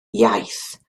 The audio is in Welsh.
iaith